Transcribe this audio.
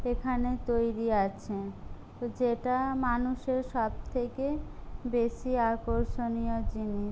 এখানে তৈরি আছে যেটা মানুষের সবথেকে বেশি আকর্ষণীয় জিনিস